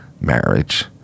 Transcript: marriage